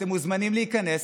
אתם מוזמנים להיכנס.